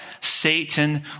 Satan